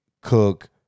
cook